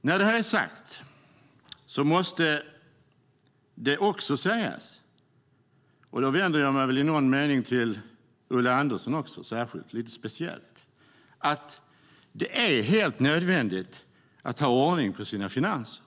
När det är sagt måste det också sägas - då vänder jag mig i någon mening speciellt till Ulla Andersson - att det är helt nödvändigt att ha ordning på sina finanser.